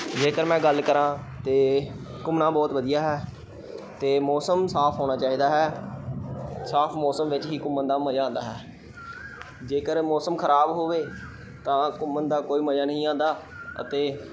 ਜੇਕਰ ਮੈਂ ਗੱਲ ਕਰਾਂ ਤਾਂ ਘੁੰਮਣਾ ਬਹੁਤ ਵਧੀਆ ਹੈ ਅਤੇ ਮੌਸਮ ਸਾਫ਼ ਹੋਣਾ ਚਾਹੀਦਾ ਹੈ ਸਾਫ਼ ਮੌਸਮ ਵਿੱਚ ਹੀ ਘੁੰਮਣ ਦਾ ਮਜ਼ਾ ਆਉਂਦਾ ਹੈ ਜੇਕਰ ਮੌਸਮ ਖ਼ਰਾਬ ਹੋਵੇ ਤਾਂ ਘੁੰਮਣ ਦਾ ਕੋਈ ਮਜ਼ਾ ਨਹੀਂ ਆਉਂਦਾ ਅਤੇ